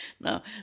Now